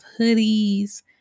hoodies